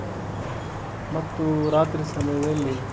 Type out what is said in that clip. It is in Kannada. ಮತ್ತು ರಾತ್ರಿ ಸಮಯದಲ್ಲಿ